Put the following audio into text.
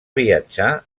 viatjar